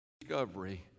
discovery